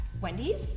wendy's